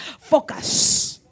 focus